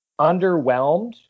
Underwhelmed